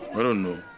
i don't know.